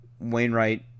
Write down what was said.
Wainwright